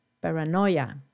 paranoia